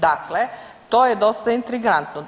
Dakle, to je dosta intrigantno.